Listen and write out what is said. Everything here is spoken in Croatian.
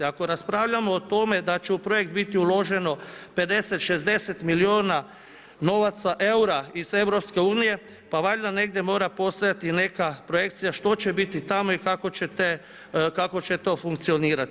Ako raspravljamo o tome, da će u projekt biti uloženo 50, 60 milijuna novaca, eura iz EU, pa valjda negdje mora postojati neka projekcija što će biti tamo i kako će to funkcionirati.